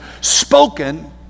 spoken